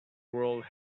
world